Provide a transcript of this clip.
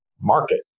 market